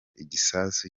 igisasu